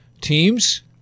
Teams